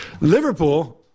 Liverpool